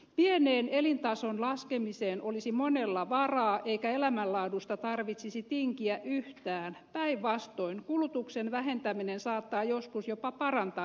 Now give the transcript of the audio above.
pieneen elintason laskemiseen olisi monella varaa eikä elämänlaadusta tarvitsisi tinkiä yhtään päinvastoin kulutuksen vähentäminen saattaa joskus jopa parantaa elämänlaatua